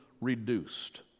reduced